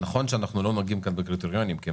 נכון שאנחנו לא נוגעים כאן בקריטריונים כי הם